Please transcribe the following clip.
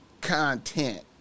content